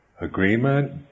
agreement